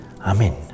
Amen